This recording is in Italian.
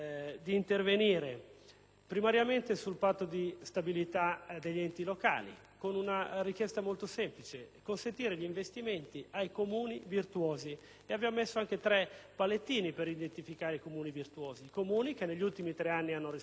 primariamente sul Patto di stabilità degli enti locali, con una richiesta molto semplice: consentire gli investimenti ai Comuni virtuosi. E al riguardo avevamo previsto anche tre paletti per identificare tali Comuni: quelli che negli ultimi tre anni hanno rispettato il Patto di stabilità;